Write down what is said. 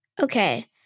Okay